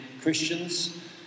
Christians